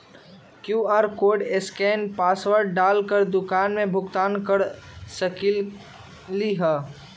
QR code scan password डाल कर दुकान में भुगतान कर सकलीहल?